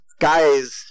guys